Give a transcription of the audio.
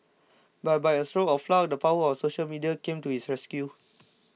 but by a stroke of luck the power of social media came to his rescue